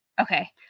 Okay